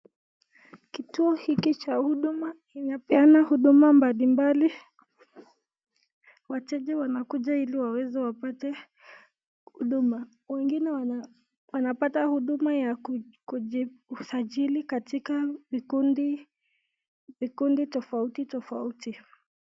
Kituo hiki cha huduma kinapeana huduma mbali mbali. Wateja wanakuja ili waweze wapate huduma. Wengine wana wanapata huduma ya ku kujisajili katika vikundi vikundi tofauti tofauti.